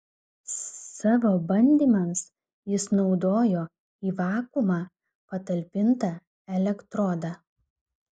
savo bandymams jis naudojo į vakuumą patalpintą elektrodą